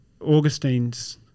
Augustine's